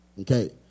Okay